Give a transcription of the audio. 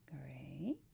Great